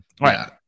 Right